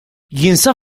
jinsab